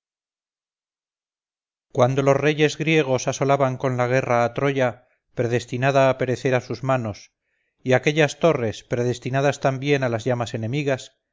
cuando los reyes griegos asolaban con la guerra a troya predestinada a perecer a sus manos y aquellas torres predestinadas también a las llamas enemigas